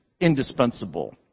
indispensable